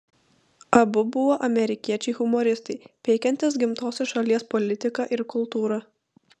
abu buvo amerikiečiai humoristai peikiantys gimtosios šalies politiką ir kultūrą